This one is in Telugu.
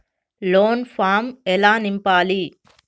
లోన్ ఫామ్ ఎలా నింపాలి?